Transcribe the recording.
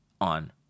on